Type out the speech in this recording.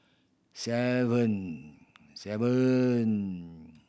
seven seven